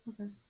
okay